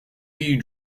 you